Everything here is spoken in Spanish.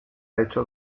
hecho